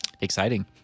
Exciting